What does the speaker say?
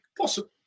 Possible